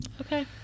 Okay